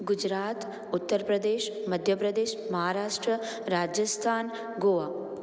Gujarat Uttar Pradesh Madhya Pradesh Maharashtra Rajasthan Goa